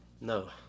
No